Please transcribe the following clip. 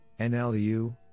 NLU